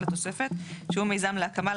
שהוא מיזם להקמה,